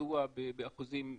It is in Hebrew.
ידוע באחוזים גבוהים.